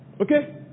Okay